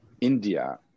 India